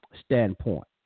standpoint